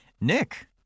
Nick